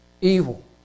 evil